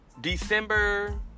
December